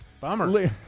Bummer